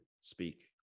speak